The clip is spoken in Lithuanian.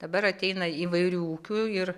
dabar ateina įvairių ūkių ir